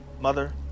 mother